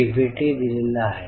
तुमच्या प्रतिक्रिया काय आहेत